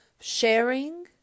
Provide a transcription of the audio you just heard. sharing